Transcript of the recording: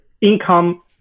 income